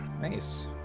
Nice